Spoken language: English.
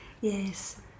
Yes